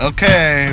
Okay